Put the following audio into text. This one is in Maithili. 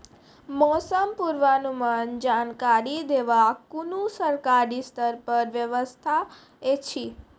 मौसम पूर्वानुमान जानकरी देवाक कुनू सरकारी स्तर पर व्यवस्था ऐछि?